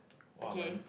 okay